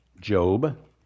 Job